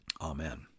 amen